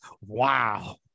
Wow